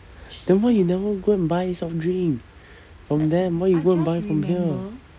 then why you never go and buy soft drink from them why you go and buy from here